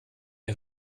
die